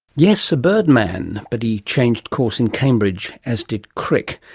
yes, a bird man. but he changed course in cambridge, as did crick,